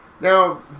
Now